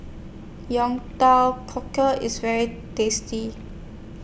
Teow Cockles IS very tasty